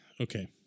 Okay